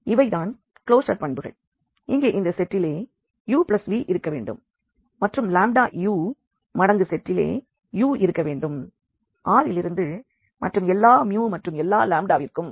இவை தான் க்லோஷர் பண்புகள் இங்கே இந்த செட்டிலே uv இருக்க வேண்டும் மற்றும் u மடங்கு செட்டிலே u இருக்க வேண்டும் R இலிருந்து எல்லா u மற்றும் எல்லா விற்கும்